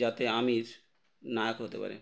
যাতে আমির নায়ক হতে পারে